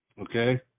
okay